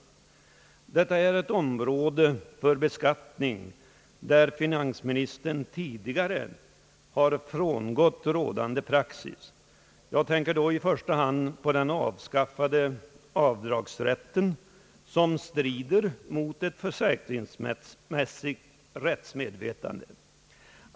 Detta är ett område för beskattning, där finansministern tidigare har frångått rådande praxis. Jag tänker då i första hand på den avskaffade avdragsrätten, som strider mot ett försäkringsmässigt rättsmedvetande.